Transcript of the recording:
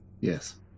Yes